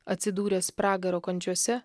atsidūręs pragaro kančiose